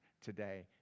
today